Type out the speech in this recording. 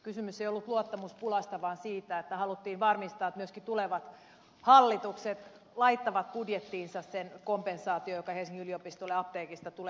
kysymys ei ollut luottamuspulasta vaan siitä että haluttiin varmistaa että myöskin tulevat hallitukset laittavat budjettiinsa sen kompensaation joka helsingin yliopistolle apteekista tulee